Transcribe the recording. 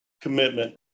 commitment